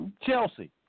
Chelsea